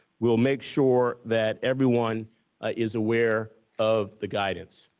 we'll make sure that everyone is aware of the guidance.